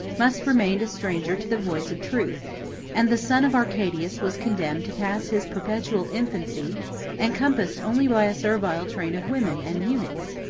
must remain a stranger to the voice of truth and the son of arcadius was condemned to pass his perpetual infancy encompassed only by a servile train of women and eunuchs.